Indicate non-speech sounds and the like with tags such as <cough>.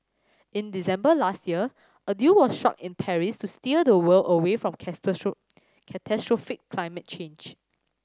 in December last year a deal was struck in Paris to steer the world away from <unintelligible> catastrophic climate change